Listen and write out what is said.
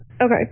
Okay